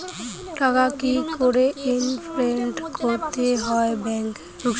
টাকা কি করে ইনভেস্ট করতে হয় ব্যাংক এ?